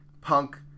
punk